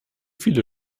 viele